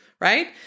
Right